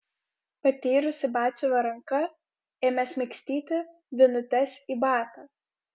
patyrusi batsiuvio ranka ėmė smaigstyti vinutes į batą